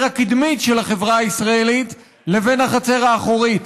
הקדמית של החברה הישראלית לבין החצר האחורית,